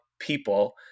people